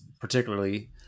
particularly